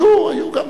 היו, היו גם,